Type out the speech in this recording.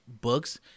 books